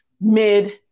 mid